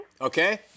Okay